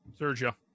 Sergio